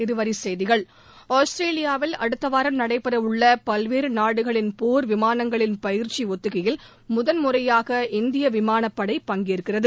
இருவரிச்செய்திகள் ஆஸ்திரேலியாவில் அடுத்த வாரம் நடைபெற உள்ள பல்வேறு நாடுகளின் போர் விமானங்களின் பயிற்சி ஒத்திகையில் முதன்முறையாக இந்திய விமானப்படை பங்கேற்கிறது